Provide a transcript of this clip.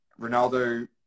Ronaldo